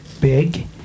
big